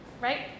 right